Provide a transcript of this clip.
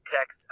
text